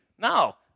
No